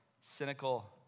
cynical